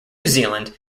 zealand